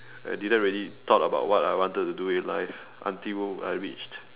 I didn't really thought about what I wanted to do in life until I reached